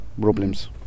problems